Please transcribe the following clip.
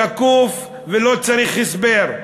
שקוף, ולא צריך הסבר.